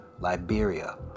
Liberia